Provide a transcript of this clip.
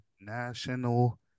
national